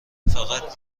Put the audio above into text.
فقط